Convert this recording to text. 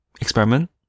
experiment